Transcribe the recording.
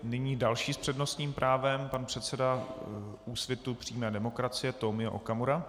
Nyní další s přednostním právem, pan předseda Úsvitu přímé demokracie Tomio Okamura.